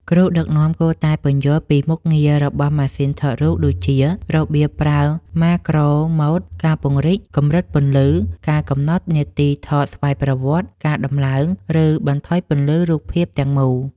គ្រូដឹកនាំគួរតែពន្យល់ពីមុខងាររបស់ម៉ាសុីនថតដូចជា របៀបប្រើម៉ាក្រូម៉ូដ ការពង្រីក កម្រិតពន្លឺ ការកំណត់នាទីថតស្វ័យប្រវត្តិ ការដំឡើង ឬបន្ថយពន្លឺរូបភាពទាំងមូល។